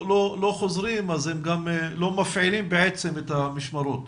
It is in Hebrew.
חוזרים והם לא מפעילים בעצם את המשמרות?